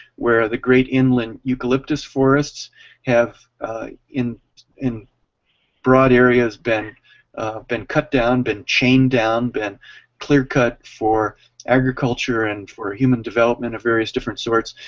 where the great inland eucalyptus forests have in in broad areas been been cut down, been chained down, been clear cut for agriculture and human development of various different sorts,